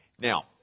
Now